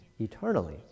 eternally